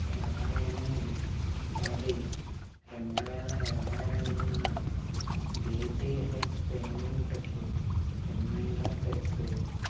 ఇరవై ఎనిమిది పది రెండు వేల ఇరవై రెండు నాడు డిటిహెచ్ పేమెంటుకి రిమైండర్ పెట్టుము